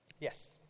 Yes